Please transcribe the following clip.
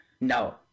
No